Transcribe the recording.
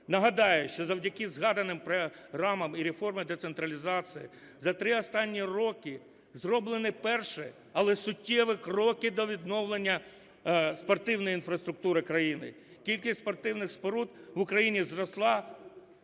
Нагадаю, що завдяки згаданим програмам і реформі децентралізації за 3 останні роки зроблено перші, але суттєві кроки до відновлення спортивної інфраструктури країни. Кількість спортивних споруд в Україні зросла